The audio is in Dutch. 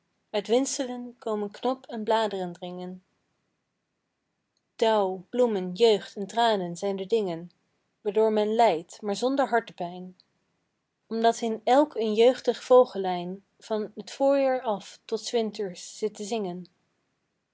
uit windselen komen knop en bladeren dringen dauw bloemen jeugd en tranen zijn de dingen waardoor men lijdt maar zonder hartepijn omdat in elk een jeugdig vogelijn van t voorjaar af tot s winters zit te zingen